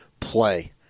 Play